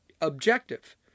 Objective